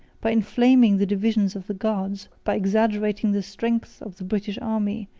by inflaming the divisions of the guards, by exaggerating the strength of the british army,